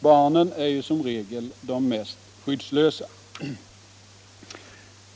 Barnen är ju som regel de mest skyddslösa.